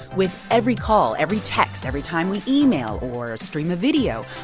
with every call, every text, every time we email or stream a video,